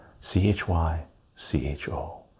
C-H-Y-C-H-O